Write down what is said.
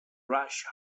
rush